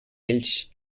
ells